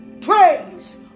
Praise